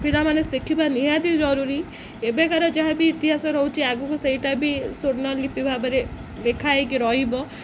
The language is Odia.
ପିଲାମାନେ ଶିଖିବା ନିହାତି ଜରୁରୀ ଏବେକାର ଯାହା ବି ଇତିହାସ ରହୁଛି ଆଗକୁ ସେଇଟା ବି ସ୍ଵର୍ଣ୍ଣଲିିପି ଭାବରେ ଲେଖା ହେଇକି ରହିବ